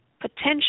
potential